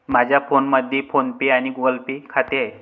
माझ्या फोनमध्ये phone pay आणि गुगल पे खाते आहे